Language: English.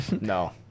no